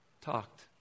Talked